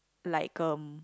like um